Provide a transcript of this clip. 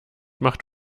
macht